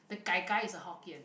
the gai-gai is a hokkien